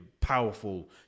powerful